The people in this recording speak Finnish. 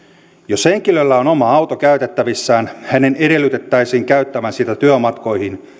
jos henkilöllä on oma auto käytettävissään hänen edellytettäisiin käyttävän sitä työmatkoihin